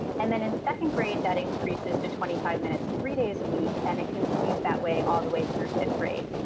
and then in second grade, that increases to twenty-five minutes, three days a week. and it continues that way all the way through fifth grade.